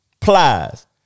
Plies